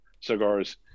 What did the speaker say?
cigars